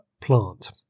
plant